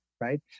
right